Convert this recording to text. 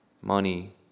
money